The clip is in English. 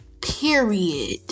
period